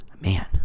man